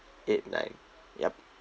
eight nine yup